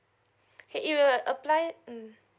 it will apply mm